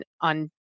on